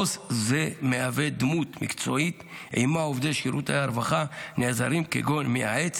עו"ס זה מהווה דמות מקצועית שבה עובדי שירותי הרווחה נעזרים כגורם מייעץ